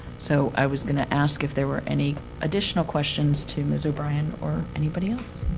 so i was going to ask if there were any additional questions to ms. o'brien or anybody else.